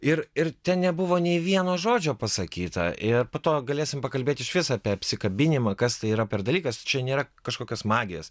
ir ir ten nebuvo nei vieno žodžio pasakyta ir po to galėsim pakalbėt išvis apie apsikabinimą kas tai yra per dalykas čia nėra kažkokios magijos